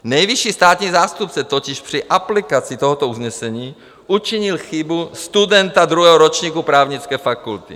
Nejvyšší státní zástupce totiž při aplikaci tohoto usnesení učinil chybu studenta druhého ročníku právnické fakulty.